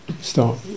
start